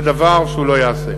זה דבר שלא ייעשה.